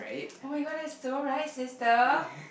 oh-my-god that is so right sister